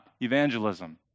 evangelism